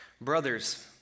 Brothers